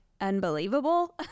unbelievable